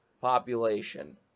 population